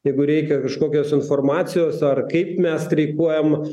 jeigu reikia kažkokios informacijos ar kaip mes streikuojam